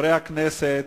חברי הכנסת,